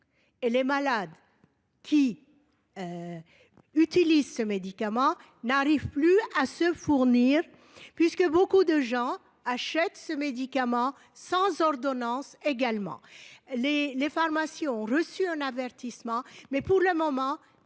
Et les malades qui. Utilisent ce médicament n'arrive plus à se fournir puisque beaucoup de gens achètent ce médicament sans ordonnance également les, les pharmacies ont reçu un avertissement mais pour le moment